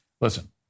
Listen